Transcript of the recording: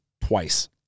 twice